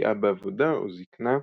פגיעה בעבודה או זקנה,